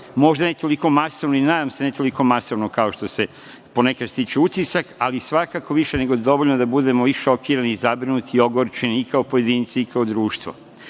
ne toliko masovno i, nadam se, ne toliko masovno kao što se ponekad stiče utisak, ali svakako više nego dovoljno da budemo vrlo šokirani i zabrinuti i ogorčeni kao pojedinci i kao društvo. Zato